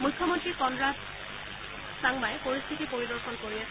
মুখ্যমন্ত্ৰী Conrad K Sangma পৰিস্থিতি পৰিদৰ্শন কৰি আছে